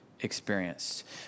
experienced